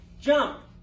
jump